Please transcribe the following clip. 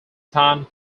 tan